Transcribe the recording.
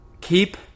Keep